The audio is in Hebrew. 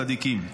צדיקים.